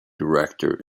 director